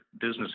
business